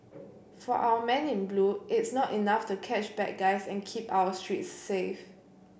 for our men in blue it's not enough to catch bad guys and keep our streets safe